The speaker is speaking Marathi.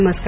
नमस्कार